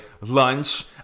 lunch